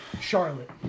Charlotte